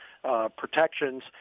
Protections